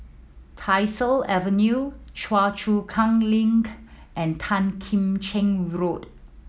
Tyersall Avenue Choa Chu Kang Link and Tan Kim Cheng Road